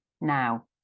Now